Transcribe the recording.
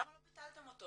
למה לא ביטלתם אותו?